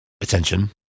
attention